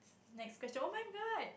next question oh-my-god